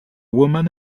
woman